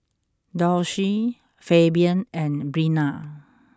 Dulce Fabian and Breana